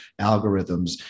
algorithms